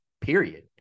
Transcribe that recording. period